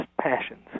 passions